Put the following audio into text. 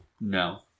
No